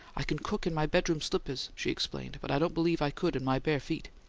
i can cook in my bedroom slippers, she explained, but i don't believe i could in my bare feet!